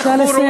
בבקשה לסיים.